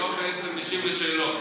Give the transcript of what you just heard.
ובעצם לא משיב על שאלות.